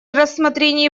рассмотрении